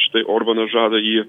štai orbanas žada jį